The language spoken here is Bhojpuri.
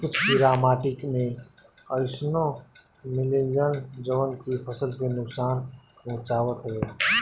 कुछ कीड़ा माटी में अइसनो मिलेलन जवन की फसल के नुकसान पहुँचावत हवे